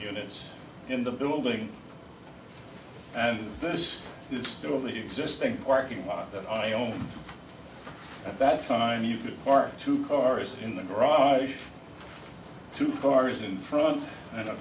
units in the building and this is still the existing parking lot that i own that time you could park two cars in the garage two cars in front and